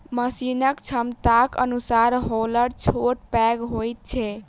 मशीनक क्षमताक अनुसार हौलर छोट पैघ होइत छै